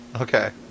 Okay